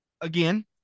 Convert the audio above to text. again